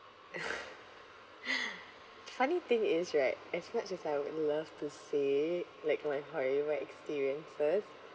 funny thing is right as much as I would love to say it like my horrible experiences